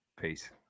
Peace